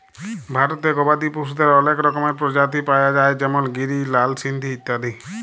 ভারতে গবাদি পশুদের অলেক রকমের প্রজাতি পায়া যায় যেমল গিরি, লাল সিন্ধি ইত্যাদি